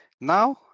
now